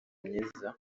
myiza